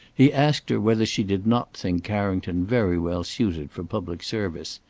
he asked her whether she did not think carrington very well suited for public service,